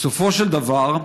בסופו של דבר,